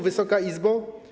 Wysoka Izbo!